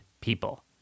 people